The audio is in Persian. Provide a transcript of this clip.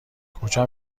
کجا